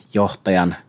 johtajan